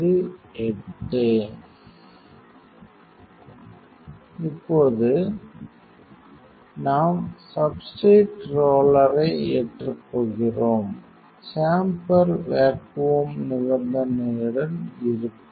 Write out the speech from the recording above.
இது 8 இப்போது நாம் சப்ஸ்ட்ரேட் ரோலரை ஏற்றப் போகிறோம் சேம்பர் வேக்குவம் நிபந்தனையுடன் இருக்கும்